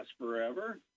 forever